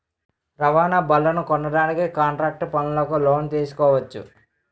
రవాణా బళ్లనుకొనడానికి కాంట్రాక్టు పనులకు లోను తీసుకోవచ్చు